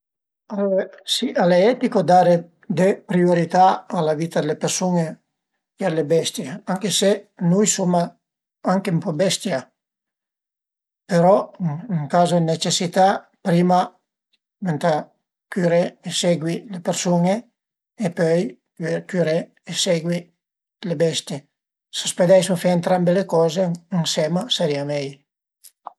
Si al e etico dare de priurità a la vita d'le persun-e che a le bestie, anche se nui suma anche ën po bestia, però ën cazo dë necessità prima venta cüré e segui le persun-e e pöi cüré e segui le bestie, se a s'põdeisu fe entrambe le coze ënsema a sarìa mei